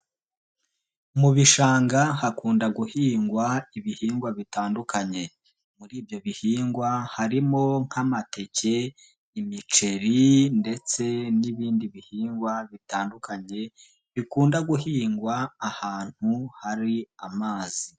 Mu bishanga hakunda guhingwa ibihingwa bitandukanye, muri ibyo bihingwa harimo nk'amateke, imiceri ndetse n'ibindi bihingwa bitandukanye bikunda guhingwa ahantu hari amazi.